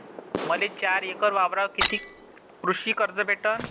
मले चार एकर वावरावर कितीक कृषी कर्ज भेटन?